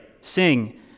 sing